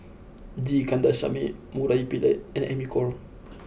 G Kandasamy Murali Pillai and Amy Khor